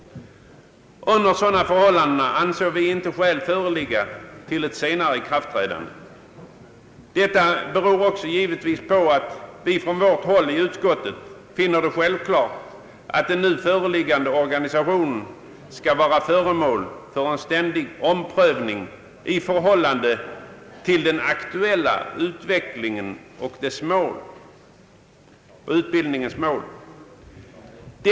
Under sådana förhållanden anser vi inte skäl föreligga till ett senare ikraftträdande. Detta beror givetvis också på att vi i utskottet finner det självklart att den nu föreslagna organisationen skall bli föremål för en ständig omprövning i förhållande till den aktuella utvecklingen och utbildningens mål.